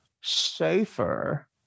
safer